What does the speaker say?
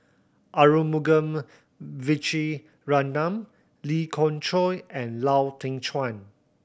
Arumugam Vijiaratnam Lee Khoon Choy and Lau Teng Chuan